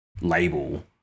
label